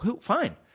Fine